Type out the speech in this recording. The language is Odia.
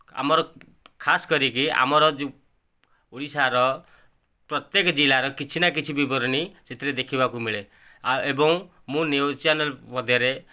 ଆମର ଖାସ୍ କରିକି ଆମର ଯେଉଁ ଓଡ଼ିଶାର ପ୍ରତ୍ୟେକ ଜିଲ୍ଲାର କିଛି ନା କିଛି ବିବରଣୀ ସେଥିରେ ଦେଖିବାକୁ ମିଳେ ଏବଂ ମୁଁ ନ୍ୟୁଜ୍ ଚ୍ୟାନେଲ୍ ମଧ୍ୟରେ